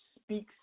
speaks